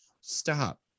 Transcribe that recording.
Stop